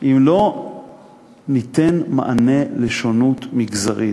אם לא ניתן מענה לשונות מגזרית.